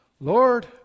Lord